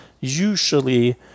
usually